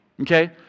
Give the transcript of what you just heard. Okay